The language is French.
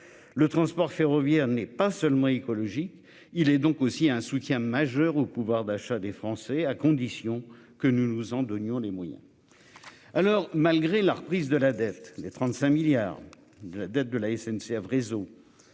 Le transport ferroviaire n'est pas seulement écologique. Il est donc aussi un soutien majeur au pouvoir d'achat des Français, à condition que nous nous en donnions les moyens. Alors malgré la reprise de la dette. Les 35 milliards de la dette de la SNCF réseau.